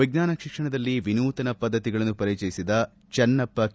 ವಿಜ್ಞಾನ ಶಿಕ್ಷಣದಲ್ಲಿ ವಿನೂತನ ಪದ್ಧತಿಗಳನ್ನು ಪರಿಚಯಿಸಿದ ಚನ್ನಪ್ಪ ಕೆ